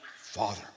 Father